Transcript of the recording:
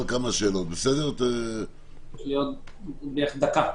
לי דקה.